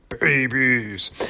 babies